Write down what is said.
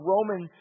Roman